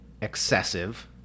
excessive